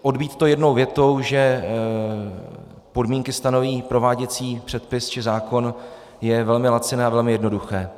Odbýt to jednou větou, že podmínky stanoví prováděcí předpis či zákon, je velmi laciné a velmi jednoduché.